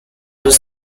was